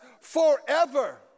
forever